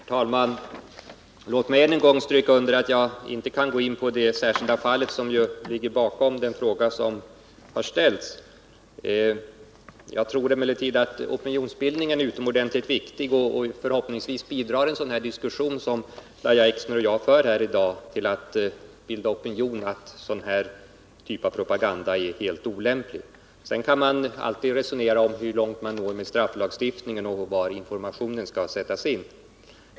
Herr talman! Låt mig än en gång stryka under att jag inte kan gå in på det särskilda fall som ligger bakom den fråga som har ställts. Jag tror emellertid att opinionsbildningen är utomordentligt viktig, och förhoppningsvis bidrar en sådan diskussion som den Lahja Exner och jag nu för till att bilda opinion för att en sådan här typ av propaganda är helt olämplig. Sedan kan man alltid resonera om hur långt strafflagstiftningen når och var informationen skall sättas in.